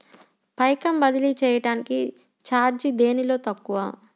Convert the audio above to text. పైకం బదిలీ చెయ్యటానికి చార్జీ దేనిలో తక్కువ?